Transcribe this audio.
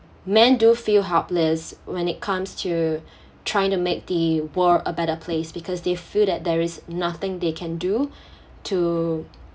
man do feel helpless when it comes to trying to make the world a better place because they feel that there is nothing they can do to